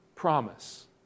Promise